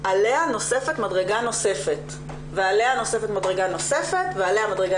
עליה נוספת מדרגה נוספת ועליה נוספת מדרגה נוספת ועליה מדרגה